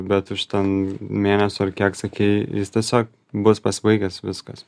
bet už ten mėnesio ar kiek sakei jis tiesiog bus pasibaigęs viskas